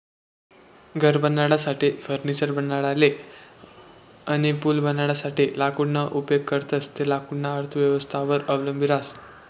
घर बनाडासाठे, फर्निचर बनाडाले अनी पूल बनाडासाठे लाकूडना उपेग करतंस ते लाकूडना अर्थव्यवस्थावर अवलंबी रहास